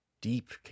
deep